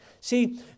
See